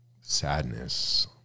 sadness